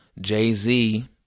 Jay-Z